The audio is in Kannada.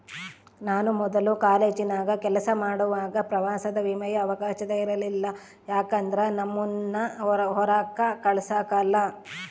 ನಾನು ಮೊದ್ಲು ಕಾಲೇಜಿನಾಗ ಕೆಲಸ ಮಾಡುವಾಗ ಪ್ರವಾಸ ವಿಮೆಯ ಅವಕಾಶವ ಇರಲಿಲ್ಲ ಯಾಕಂದ್ರ ನಮ್ಮುನ್ನ ಹೊರಾಕ ಕಳಸಕಲ್ಲ